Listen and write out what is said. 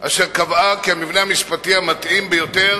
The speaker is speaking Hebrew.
והיא קבעה כי המבנה המשפטי המתאים ביותר